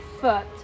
foot